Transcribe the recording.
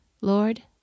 Lord